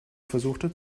versuchte